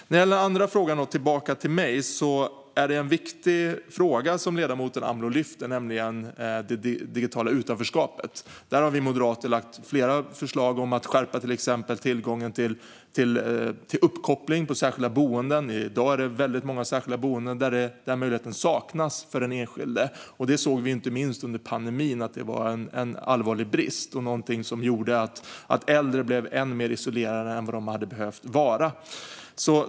När det gäller den andra frågan, tillbaka till mig, är det en viktig fråga som ledamoten Amloh lyfter, nämligen det digitala utanförskapet. Vi moderater har lagt fram flera förslag om att till exempel skärpa tillgången till uppkoppling på särskilda boenden. I dag är det många särskilda boenden som saknar denna möjlighet för den enskilde. Inte minst under pandemin såg vi att det var en allvarlig brist och någonting som gjorde att äldre blev än mer isolerade än vad de hade behövt vara.